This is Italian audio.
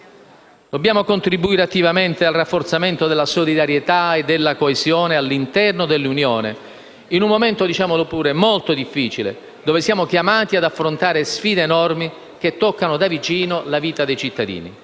Dobbiamo contribuire attivamente al rafforzamento della solidarietà e della coesione all'interno dell'Unione, in un momento - diciamolo pure - molto difficile dove siamo chiamati ad affrontare sfide enormi che toccano da vicino la vita dei cittadini.